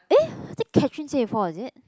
eh is it Catherine say before is it